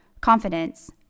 confidence